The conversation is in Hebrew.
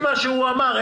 הוא אמר: